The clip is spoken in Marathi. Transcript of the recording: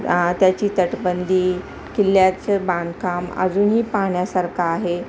आ त्याची तटबंदी किल्ल्याचं बांधकाम अजूनही पाहण्यासारखं आहे